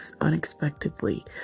unexpectedly